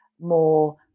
more